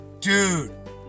dude